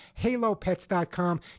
Halopets.com